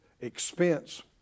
expense